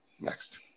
Next